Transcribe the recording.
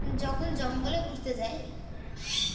যখন জঙ্গলে ঘুরতে যাই